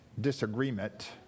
disagreement